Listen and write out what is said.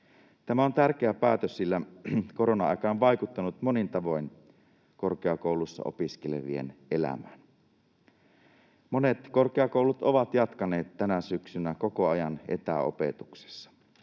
Tämä on tärkeä päätös, sillä korona-aika on vaikuttanut monin tavoin korkeakouluissa opiskelevien elämään. Monet korkeakoulut ovat jatkaneet tänä syksynä koko ajan etäopetuksessa.